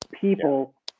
people